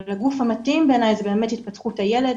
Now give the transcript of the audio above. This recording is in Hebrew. אבל הגוף המתאים בעיני הוא באמת התפתחות הילד,